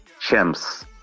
champs